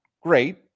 great